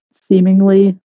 seemingly